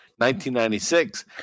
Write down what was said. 1996